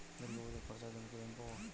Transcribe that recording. দূর্গাপুজোর খরচার জন্য কি লোন পাব?